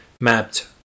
mapped